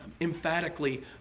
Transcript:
emphatically